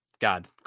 god